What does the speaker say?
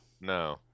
No